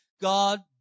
God